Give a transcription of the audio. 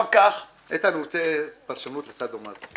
איתן, רוצה פרשנות לסאדו-מאזו.